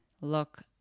look